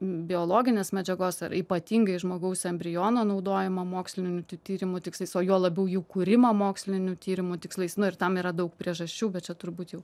biologinės medžiagos ar ypatingai žmogaus embriono naudojimą mokslinių tyrimų tikslais o juo labiau jų kūrimą mokslinių tyrimų tikslais na ir tam yra daug priežasčių bet čia turbūt jau